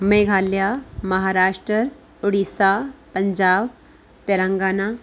Meghalaya Maharashtra Orissa Punjab Telangana